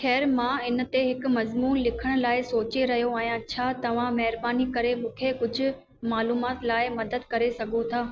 ख़ैरु मां इन ते हिकु मज़मू लिखण लाइ सोचे रहियो आहियां छा तव्हां महिरबानी करे मूंखे कुझु मालूमात लाइ मदद करे सघो था